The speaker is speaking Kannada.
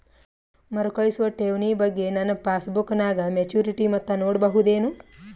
ಮರುಕಳಿಸುವ ಠೇವಣಿ ಬಗ್ಗೆ ನನ್ನ ಪಾಸ್ಬುಕ್ ನಾಗ ಮೆಚ್ಯೂರಿಟಿ ಮೊತ್ತ ನೋಡಬಹುದೆನು?